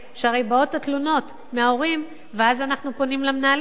שהרי באות התלונות מההורים ואז אנחנו פונים למנהלים,